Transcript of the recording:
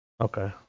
Okay